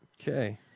Okay